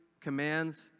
commands